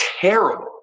terrible